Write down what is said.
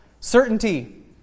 Certainty